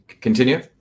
Continue